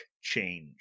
Change